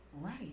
Right